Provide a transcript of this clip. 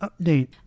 update